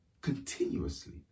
continuously